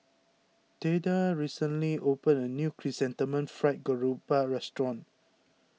theda recently opened a new Chrysanthemum Fried Garoupa restaurant